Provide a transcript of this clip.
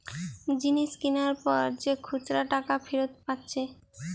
জিনিস কিনার পর যে খুচরা টাকা ফিরত পাচ্ছে